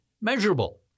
measurable